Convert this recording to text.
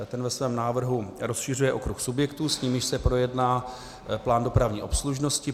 Ten ve svém návrhu rozšiřuje okruh subjektů, s nimiž se projedná plán dopravní obslužnosti.